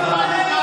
תודה רבה.